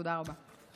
תודה רבה.